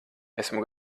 esmu